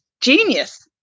genius